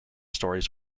stories